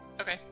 Okay